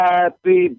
Happy